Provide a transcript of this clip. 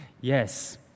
Yes